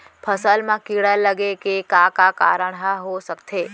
फसल म कीड़ा लगे के का का कारण ह हो सकथे?